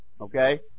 Okay